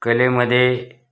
कलेमध्ये